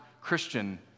Christian